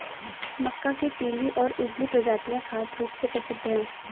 मक्का के पीली और उजली प्रजातियां खाद्य रूप में प्रसिद्ध हैं